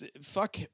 fuck